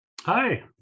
Hi